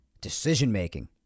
Decision-making